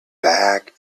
back